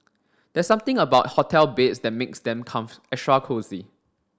there's something about hotel beds that makes them extra cosy